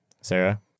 sarah